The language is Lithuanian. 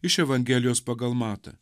iš evangelijos pagal matą